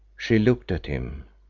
she looked at him,